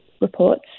reports